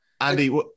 Andy